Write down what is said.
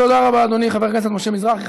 תודה רבה, אדוני חבר הכנסת משה מזרחי.